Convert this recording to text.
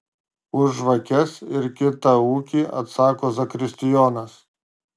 už žvakes ir kitą ūkį atsako zakristijonas